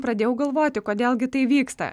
pradėjau galvoti kodėl gi tai vyksta